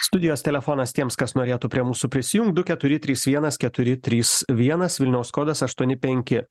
studijos telefonas tiems kas norėtų prie mūsų prisijungt du keturi trys vienas keturi trys vienas vilniaus kodas aštuoni penki